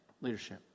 leadership